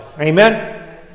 Amen